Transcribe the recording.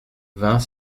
vingt